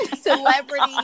celebrity